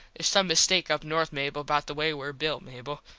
theres some mistake up north mable about the way were built, mable.